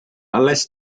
alles